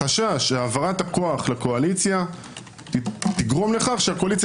חשש שהעברת הכוח לקואליציה תגרום לכך שהקואליציה